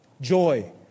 joy